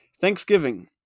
Thanksgiving